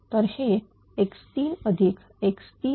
तर हे x3 x3